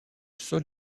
sol